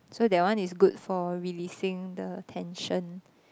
so that one is good for releasing the tension